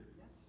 Yes